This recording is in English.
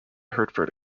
hertford